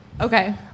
Okay